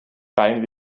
rein